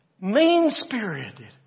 mean-spirited